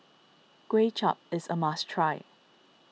Kuay Chap is a must try